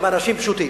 הם אנשים פשוטים.